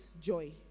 joy